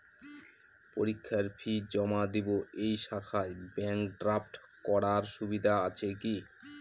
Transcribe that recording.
পরীক্ষার ফি জমা দিব এই শাখায় ব্যাংক ড্রাফট করার সুবিধা আছে কি?